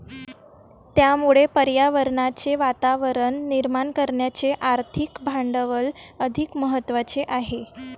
त्यामुळे पर्यावरणाचे वातावरण निर्माण करण्याचे आर्थिक भांडवल अधिक महत्त्वाचे आहे